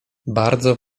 bardzo